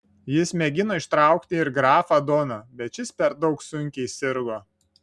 jis mėgino ištraukti ir grafą doną bet šis per daug sunkiai sirgo